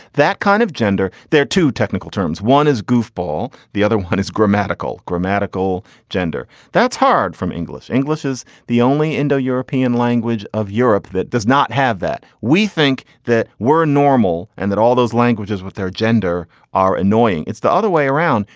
that kind of gender? they're too technical terms. one is goofball. the other one is grammatical. grammatical gender. that's hard from english. english is the only indo-european language of europe that does not have that. we think that we're normal and that all those languages with their gender are annoying. it's the other way around.